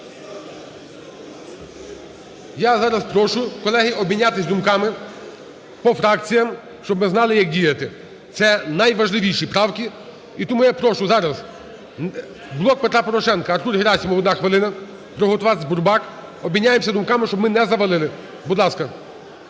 Я зараз прошу, колеги, обмінятись думками по фракціях, щоб ми знали, як діяти. Це найважливіші правки, і тому я прошу зараз "Блок Петра Порошенка", Артур Герасимов, одна хвилина. Приготуватись Бурбак. Обміняємося думками, щоб ми не завалили. Будь ласка.